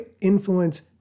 influence